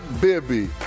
Bibby